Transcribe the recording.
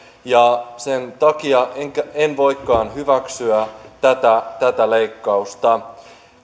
sen takia en voikaan hyväksyä tätä tätä leikkausta